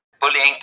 bullying